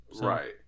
Right